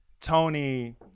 Tony